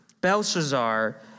Belshazzar